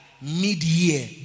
mid-year